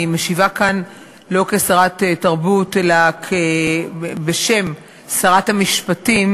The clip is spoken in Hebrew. אני משיבה כאן לא כשרת התרבות אלא בשם שרת המשפטים,